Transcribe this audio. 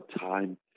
time